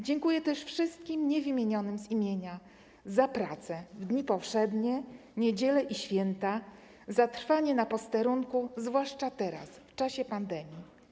Dziękuję też wszystkim niewymienionym z imienia za pracę w dni powszednie, niedziele i święta, za trwanie na posterunku, zwłaszcza teraz, w czasie pandemii.